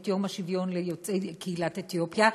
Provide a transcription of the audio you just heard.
את יום השוויון ליוצאי קהילת אתיופיה.